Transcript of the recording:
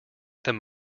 them